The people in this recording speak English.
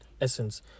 essence